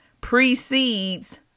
precedes